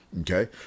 Okay